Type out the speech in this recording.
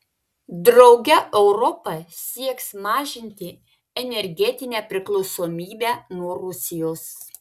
drauge europa sieks mažinti energetinę priklausomybę nuo rusijos